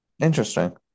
Interesting